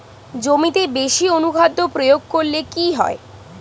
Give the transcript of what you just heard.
জমিতে বেশি অনুখাদ্য প্রয়োগ করলে কি হয়?